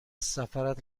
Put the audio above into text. سفرت